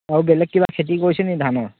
আৰু বেলেগ কিবা খেতি কৰিছে নেকি ধানৰ